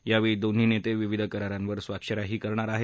यावेळी दोन्ही नेते विविध करारांवर स्वाक्षऱ्याही करणार आहेत